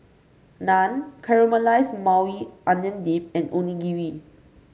Naan Caramelized Maui Onion Dip and Onigiri